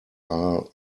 are